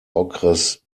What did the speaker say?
okres